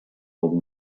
old